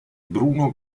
bruno